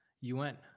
UN